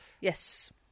Yes